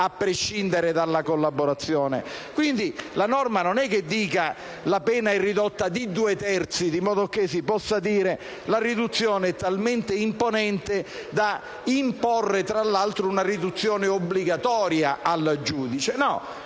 a prescindere dalla collaborazione. La norma quindi non è che dica che la pena è ridotta di due terzi, in modo che si possa dire che la riduzione è talmente imponente da imporre tra l'altro una riduzione obbligatoria al giudice,